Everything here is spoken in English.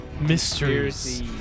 mysteries